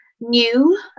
new